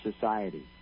society